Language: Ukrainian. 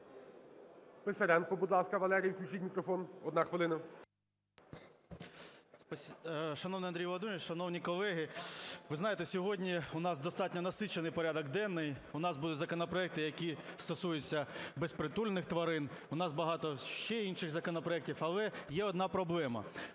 Писаренко, будь ласка, Валерій. Включіть мікрофон. Одна хвилина. 11:09:33 ПИСАРЕНКО В.В. Шановний Андрій Володимирович, шановні колеги, ви знаєте, сьогодні у нас достатньо насичений порядок денний. У нас будуть законопроекти, які стосуються безпритульних тварин, у нас багато ще інших законопроектів, але є одна проблема.